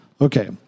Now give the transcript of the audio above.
Okay